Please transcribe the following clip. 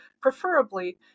preferably